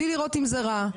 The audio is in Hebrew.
בלי לראות אם זה רע,